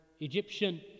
Egyptian